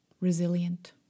resilient